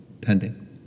pending